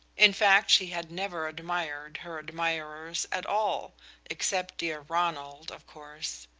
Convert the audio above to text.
in fact she had never admired her admirers at all except dear ronald, of course.